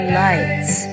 lights